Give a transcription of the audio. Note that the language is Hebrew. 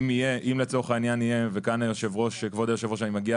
אם לצורך העניין יהיה וכאן כבוד היושבת ראש אני מגיע